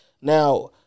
Now